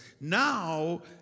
Now